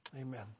Amen